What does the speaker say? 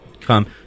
come